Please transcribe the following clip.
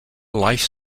life